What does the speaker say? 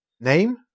Name